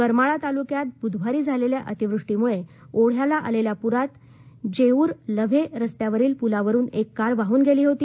करमाळा तालुक्यात बुधवारी झालेल्या अतिवृष्टीमुळे ओढ्याला आलेल्या पुरात जेऊर लव्हे रस्त्यावरील प्लावरून एक कार वाहन गेली होती